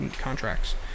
contracts